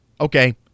Okay